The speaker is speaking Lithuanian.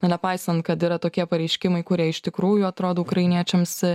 nepaisant kad yra tokie pareiškimai kurie iš tikrųjų atrodo ukrainiečiams